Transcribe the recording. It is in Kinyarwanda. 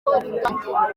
dutangire